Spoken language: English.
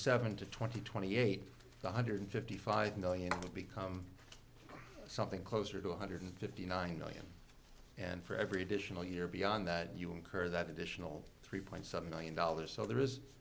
seven to twenty twenty eight one hundred fifty five million would become something closer to one hundred fifty nine million and for every additional year beyond that you will incur that additional three point seven million dollars so there is